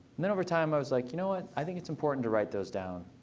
and then over time i was like, you know what? i think it's important to write those down.